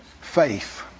faith